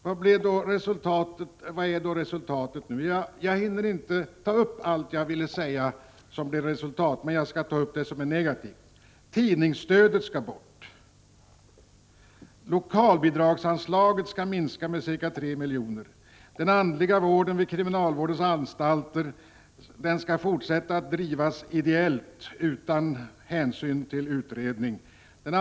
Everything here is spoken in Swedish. Det finns mer att säga om resultaten av gruppens arbete. Jag hinner dock inte nämna allt. Jag tar därför enbart upp det som betraktats som negativt: Tidningsstödet skall bort. Lokalbidragsanslaget skall minskas med ca 3 miljoner. Den andliga vården vid kriminalvårdens anstalter skall även i fortsättningen utföras som ett ideellt arbete. Ingen hänsyn tas till utredningen.